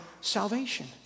salvation